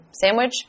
sandwich